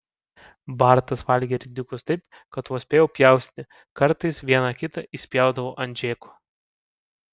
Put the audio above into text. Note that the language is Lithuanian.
bartas valgė ridikus taip kad vos spėjau pjaustyti kartais vieną kitą išspjaudavo ant džeko